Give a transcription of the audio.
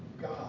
God